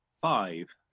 Five